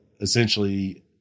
essentially